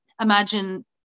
Imagine